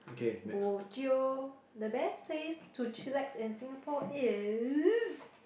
bo jio the best place to chillax in Singapore is